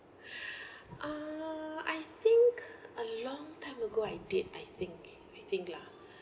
uh I think a long time ago I did I think I think lah